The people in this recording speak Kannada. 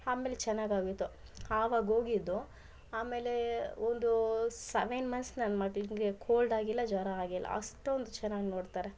ಆಮೇಲೆ ಚೆನ್ನಾಗಾಗೋಯ್ತು ಆವಾಗ್ ಹೋಗಿದ್ದು ಆಮೇಲೆ ಒಂದು ಸವೆನ್ ಮಂತ್ಸ್ ನನ್ನ ಮಗನಿಗೆ ಕೋಲ್ಡ್ ಆಗಿಲ್ಲ ಜ್ವರ ಆಗಿಲ್ಲ ಅಷ್ಟೊಂದ್ ಚೆನ್ನಾಗ್ ನೋಡ್ತಾರೆ